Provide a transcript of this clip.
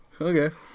Okay